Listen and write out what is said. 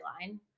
line